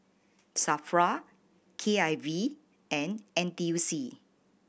SAFRA K I V and N T U C